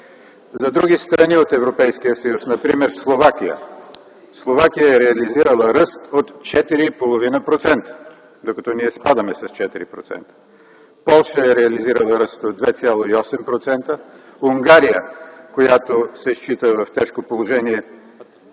За други страни от Европейския съюз, например Словакия, тя е реализирала ръст от 4,5%, докато ние спадаме с 4%. Полша е реализирала ръст от 2,8%, Унгария, която се счита в тежко положение,